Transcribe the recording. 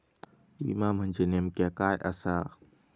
विमा म्हणजे नेमक्या काय आसा?